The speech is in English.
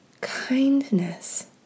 kindness